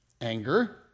anger